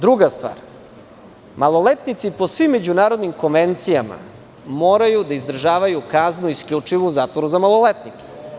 Druga stvar, maloletnici po svim međunarodnim konvencijama moraju da izdržavaju kaznu isključivo u zatvoru za maloletnike.